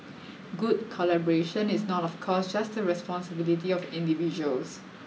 good collaboration is not of course just the responsibility of individuals